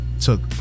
took